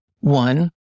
One